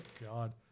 God